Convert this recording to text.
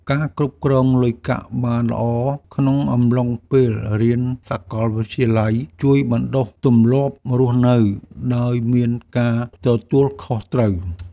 ការគ្រប់គ្រងលុយកាក់បានល្អក្នុងអំឡុងពេលរៀនសាកលវិទ្យាល័យជួយបណ្តុះទម្លាប់រស់នៅដោយមានការទទួលខុសត្រូវ។